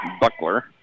Buckler